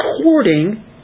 according